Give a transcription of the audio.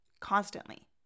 constantly